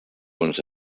punts